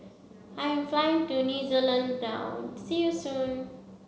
I am flying to New Zealand now see you soon